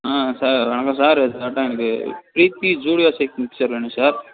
ஆ sir வணக்கம் sir எக்ஸேக்ட்டாக எனக்கு ப்ரீத்தி ஜூடியாஸிக் மிக்ஸர் வேணும் சார்